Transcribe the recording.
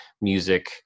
music